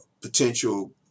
potential